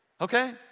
okay